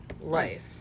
life